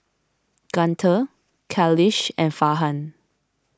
Guntur Khalish and Farhan